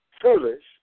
foolish